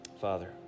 Father